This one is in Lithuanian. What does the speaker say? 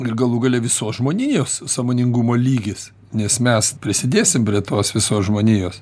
ir galų gale visos žmonijos sąmoningumo lygis nes mes prisidėsim prie tos visos žmonijos